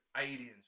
Aliens